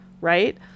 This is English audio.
right